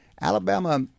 Alabama